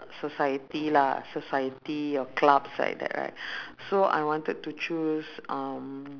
society lah society or clubs like that right so I wanted to choose um